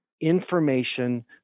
information